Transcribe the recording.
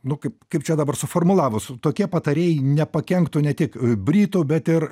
nu kaip kaip čia dabar suformulavus tokie patarėjai nepakenktų ne tik britų bet ir